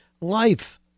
life